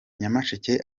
nyamasheke